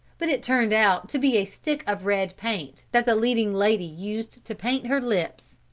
but it turned out to be a stick of red paint that the leading lady used to paint her lips.